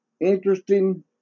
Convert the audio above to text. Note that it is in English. interesting